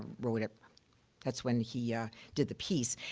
wrote it that's when he yeah did the piece.